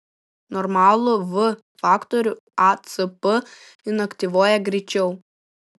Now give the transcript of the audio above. normalų v faktorių acp inaktyvuoja greičiau